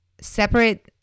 separate